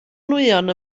nwyon